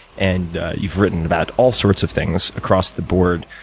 and you've written about all sorts of things across the board.